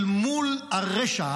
אל מול הרשע,